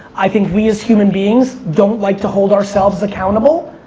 i think we as human beings don't like to hold ourselves accountable.